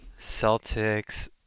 Celtics